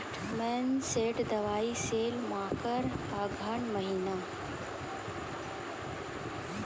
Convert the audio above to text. Monsanto दवाई sale मकर अघन महीना,